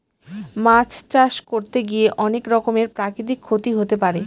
মাছ চাষ করতে গিয়ে অনেক রকমের প্রাকৃতিক ক্ষতি হতে পারে